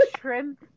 shrimp